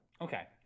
Okay